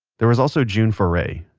there was also june foray,